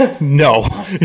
No